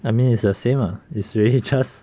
I mean it's the same ah it's really just